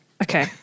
Okay